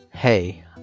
Hey